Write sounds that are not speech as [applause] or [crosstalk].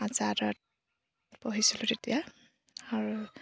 [unintelligible] পঢ়িছিলোঁ তেতিয়া আৰু